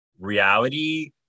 reality